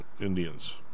Indians